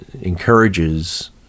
encourages